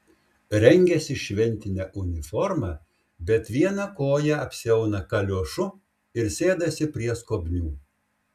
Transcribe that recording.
rengiasi šventine uniforma bet vieną koją apsiauna kaliošu ir sėdasi prie skobnių